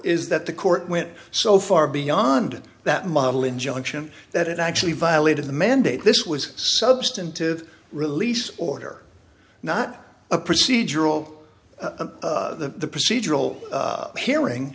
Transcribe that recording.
is that the court went so far beyond that model injunction that it actually violated the mandate this was substantive release order not a procedural procedural hearing